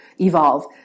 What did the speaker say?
evolve